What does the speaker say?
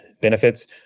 benefits